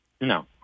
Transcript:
No